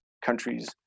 countries